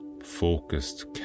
focused